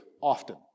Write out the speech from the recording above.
often